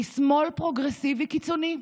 היא שמאל פרוגרסיבי קיצוני.